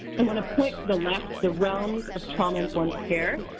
and want to point to the last the realms of trauma-informed care.